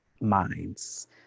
minds